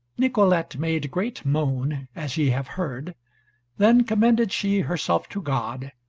nicolete made great moan, as ye have heard then commended she herself to god,